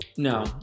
No